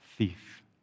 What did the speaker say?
Thief